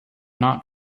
not